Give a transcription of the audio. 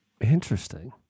Interesting